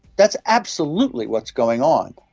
that's absolutely what's going on.